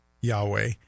Yahweh